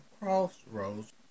crossroads